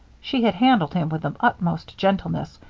she had handled him with the utmost gentleness,